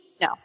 No